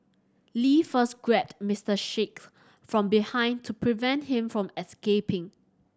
Lee first grabbed Mister Sheikh from behind to prevent him from escaping